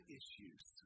issues